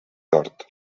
tort